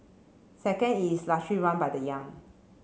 second is largely run by the young